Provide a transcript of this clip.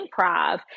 improv